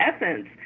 essence